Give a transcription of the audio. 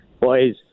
Boys